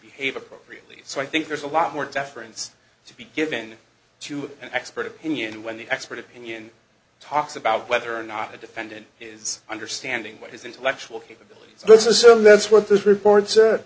behave appropriately so i think there's a lot more deference to be given to an expert opinion when the expert opinion talks about whether or not a defendant is understanding what his intellectual capabilities let's assume that's what those report